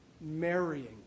marrying